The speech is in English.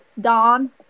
dawn